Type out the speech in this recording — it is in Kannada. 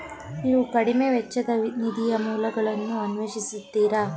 ನೀವು ಕಡಿಮೆ ವೆಚ್ಚದ ನಿಧಿಯ ಮೂಲಗಳನ್ನು ಅನ್ವೇಷಿಸಿದ್ದೀರಾ?